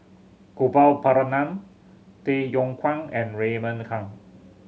Gopal Baratham Tay Yong Kwang and Raymond Kang